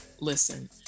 Listen